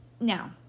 Now